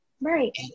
Right